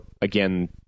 again